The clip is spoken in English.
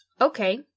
okay